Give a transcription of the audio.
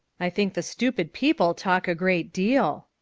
i think the stupid people talk a great deal.